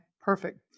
perfect